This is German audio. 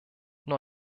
nur